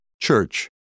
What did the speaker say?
Church